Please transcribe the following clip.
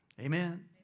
Amen